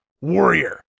warrior